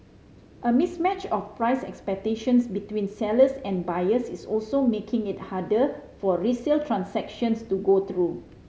a mismatch of price expectations between sellers and buyers is also making it harder for resale transactions to go through